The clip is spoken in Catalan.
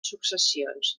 successions